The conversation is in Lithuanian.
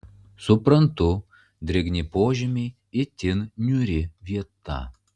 suprantu drėgni požemiai itin niūri vieta